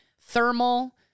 thermal